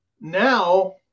now